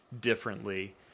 differently